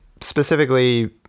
specifically